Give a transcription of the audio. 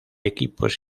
equipos